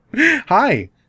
Hi